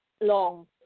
long